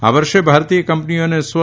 આ વર્ષે ભારતીય કંપનીઓ અને સ્વ